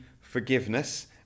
forgiveness